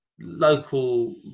local